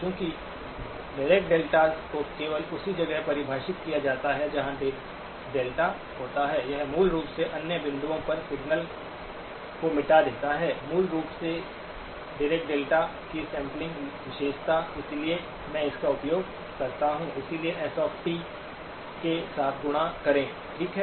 चूंकि Dirac deltas को केवल उसी जगह परिभाषित किया जाता है जहां डेल्टा होता है यह मूल रूप से अन्य बिंदुओं पर सिग्नल को मिटा देता है मूल रूप से डीरेक डेल्टा की सैंपलिंग विशेस्ता इसलिए मैं इसका उपयोग करता हूं इसलिए s के साथ गुणा करें ठीक है